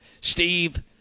Steve